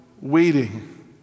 waiting